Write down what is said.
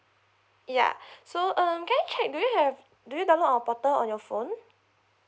ya so um can I check do you have do you download our portal on your phone